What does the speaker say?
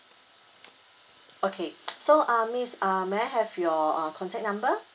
okay so uh miss uh may I have your uh contact number